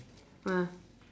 ah